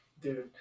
Dude